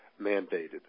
mandated